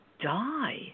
die